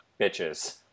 bitches